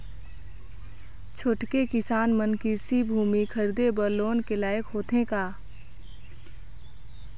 छोटके किसान मन कृषि भूमि खरीदे बर लोन के लायक होथे का?